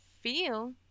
feel